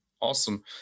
Awesome